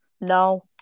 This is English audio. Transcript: No